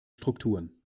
strukturen